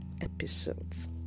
episodes